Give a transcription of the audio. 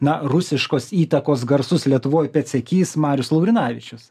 na rusiškos įtakos garsus lietuvoj pėdsekys marius laurinavičius